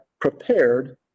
prepared